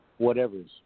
whatevers